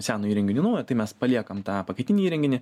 seno įrenginio į naują tai mes paliekam tą pakaitinį įrenginį